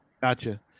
gotcha